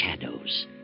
shadows